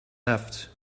left